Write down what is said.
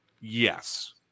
Yes